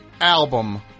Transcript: album